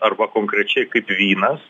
arba konkrečiai kaip vynas